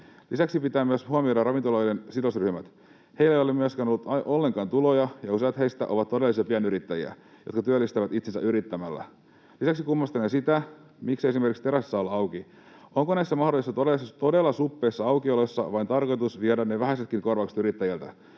Lisäksi pitää huomioida myös ravintoloiden sidosryhmät. Heillä ei ole myöskään ollut ollenkaan tuloja, ja useat heistä ovat todellisia pienyrittäjiä, jotka työllistävät itsensä yrittämällä. Lisäksi kummastelen sitä, miksei esimerkiksi terassi saa olla auki. Onko näillä todella suppeilla aukioloilla mahdollisesti vain tarkoitus viedä ne vähäisetkin korvaukset yrittäjältä?